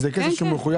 כן.